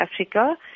Africa